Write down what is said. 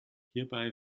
hierbei